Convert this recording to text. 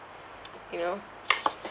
you know